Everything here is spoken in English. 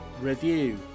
Review